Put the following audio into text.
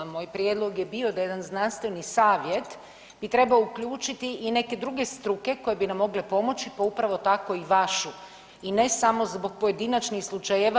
Moj prijedlog je bio da jedan znanstveni savjet bi trebao uključiti i neke druge struke koje bi nam mogle pomoći pa upravo tako i vašu i ne samo zbog pojedinačnih slučajeva.